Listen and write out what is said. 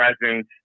presence